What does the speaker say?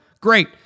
great